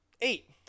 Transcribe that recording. eight